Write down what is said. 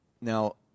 now